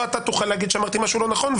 לא אתה תוכל להגיד שאמרתי משהו לא נכון,